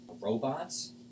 robots